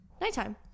Nighttime